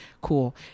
cool